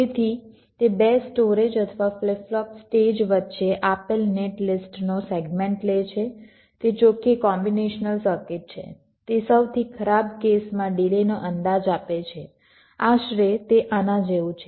તેથી તે 2 સ્ટોરેજ અથવા ફ્લિપ ફ્લોપ સ્ટેજ વચ્ચે આપેલ નેટ લિસ્ટનો સેગમેન્ટ લે છે તે ચોખ્ખી કોમ્બીનેશનલ સર્કિટ છે તે સૌથી ખરાબ કેસમાં ડિલેનો અંદાજ આપે છે આશરે તે આના જેવું છે